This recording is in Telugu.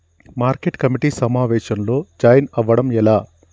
మార్కెట్ కమిటీ సమావేశంలో జాయిన్ అవ్వడం ఎలా?